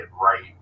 right